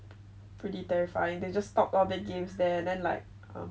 pretty terrifying they just stopped all the games there then like